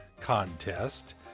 contest